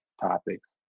topics